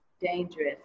dangerous